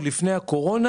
עוד לפני הקורונה,